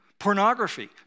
pornography